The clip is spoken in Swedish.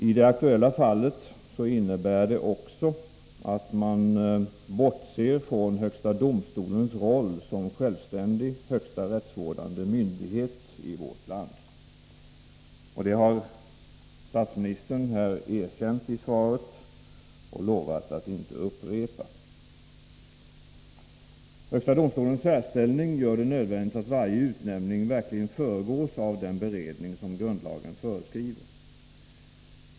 I det aktuella fallet innebär det också att man bortser från högsta domstolens roll som självständig, högsta rättsvårdande myndighet i vårt land. Det har statsministern erkänt i svaret och lovat att inte upprepa. Högsta domstolens särställning gör det nödvändigt att varje utnämning verkligen föregås av den beredning som grundlagen föreskriver.